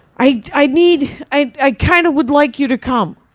i i need, i i kind of would like you to come.